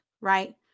right